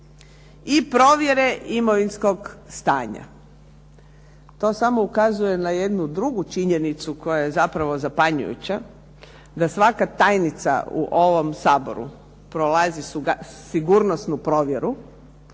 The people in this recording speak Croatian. i provjere imovinskog stanja. To samo ukazuje na jednu drugu činjenicu koja je zapravo zapanjujuća, da svaka tajnica u ovom Saboru prolazi sigurnosnu provjeru,